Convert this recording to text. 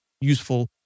useful